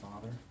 Father